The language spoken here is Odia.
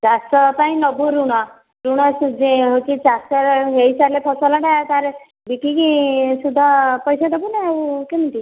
ଚାଷ ପାଇଁ ନବୁ ଋଣ ଋଣ ସୁଝେଇ ଅଛି ଚାଷ ହେଇସାରିଲେ ଫସଲଟା ତା'ର ବିକିକି ସୁଧ ପଇସା ଦେବୁ ନା ଆଉ କେମିତି